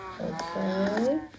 okay